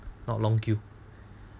not long queue